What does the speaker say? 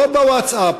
לא בווטסאפ,